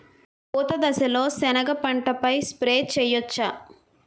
పూత దశలో సెనగ పంటపై స్ప్రే చేయచ్చా?